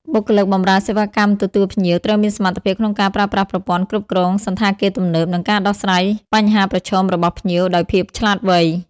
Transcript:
បុគ្គលិកបម្រើសេវាកម្មទទួលភ្ញៀវ ត្រូវមានសមត្ថភាពក្នុងការប្រើប្រាស់ប្រព័ន្ធគ្រប់គ្រងសណ្ឋាគារទំនើប និងការដោះស្រាយបញ្ហាប្រឈមរបស់ភ្ញៀវដោយភាពឆ្លាតវៃ។